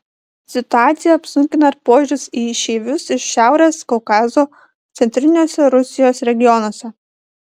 situaciją apsunkina ir požiūris į išeivius iš šiaurės kaukazo centriniuose rusijos regionuose